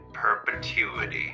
perpetuity